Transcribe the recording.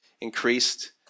increased